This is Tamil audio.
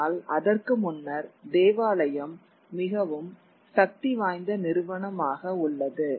ஆனால் அதற்கு முன்னர் தேவாலயம் மிகவும் சக்திவாய்ந்த நிறுவனமாக உள்ளது